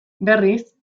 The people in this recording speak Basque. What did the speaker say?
berriz